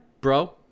bro